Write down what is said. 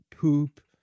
poop